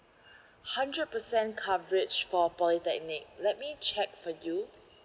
hundred percent coverage for polytechnic let me check for you